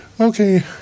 Okay